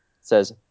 says